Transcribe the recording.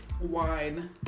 wine